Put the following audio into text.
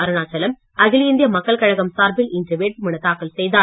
அருணாச்சலம் அகில இந்திய மக்கள் கழகம் சார்பில் இன்று வேட்புமனு தாக்கல் செய்தார்